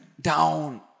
down